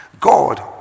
God